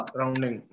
rounding